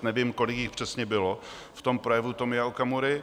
Nevím, kolik jich přesně bylo v projevu Tomia Okamury.